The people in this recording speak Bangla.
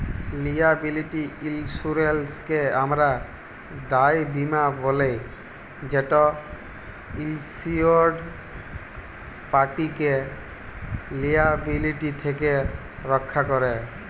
লিয়াবিলিটি ইলসুরেলসকে আমরা দায় বীমা ব্যলি যেট ইলসিওরড পাটিকে লিয়াবিলিটি থ্যাকে রখ্যা ক্যরে